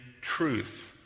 truth